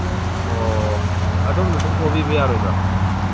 ꯑꯣ ꯑꯗꯣꯝꯅ ꯑꯗꯨꯝ ꯊꯧꯕꯤꯕ ꯌꯥꯔꯣꯏꯗ꯭ꯔꯣ